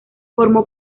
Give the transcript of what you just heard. formó